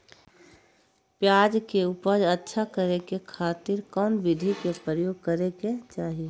प्याज के उपज अच्छा करे खातिर कौन विधि के प्रयोग करे के चाही?